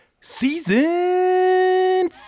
season